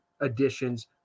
additions